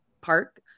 park